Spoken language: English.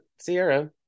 sierra